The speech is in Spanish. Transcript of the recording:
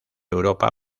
europa